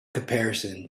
comparison